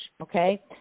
okay